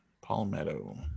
Palmetto